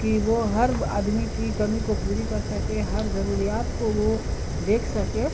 کہ وہ ہر آدمی کی کمی کو پوری کر سکے ہر ضروریات کو وہ دیکھ سکے